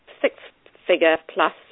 six-figure-plus